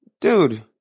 Dude